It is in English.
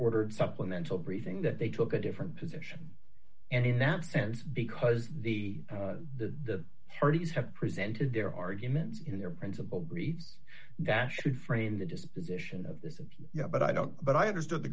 ordered supplemental briefing that they took a different position and in that sense because the the parties have presented their argument in their principle agree that should frame the disposition of this and you know but i don't but i understood the